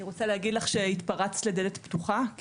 אני רוצה להגיד לך שהתפרצת לדלת פתוחה כי